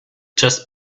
just